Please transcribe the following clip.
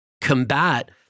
combat